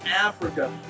Africa